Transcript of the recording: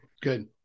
good